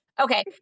Okay